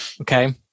Okay